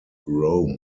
rome